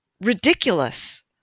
ridiculous